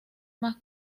más